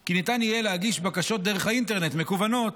כי ניתן יהיה להגיש בקשות דרך האינטרנט, מקוונות,